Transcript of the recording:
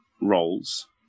roles